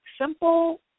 simple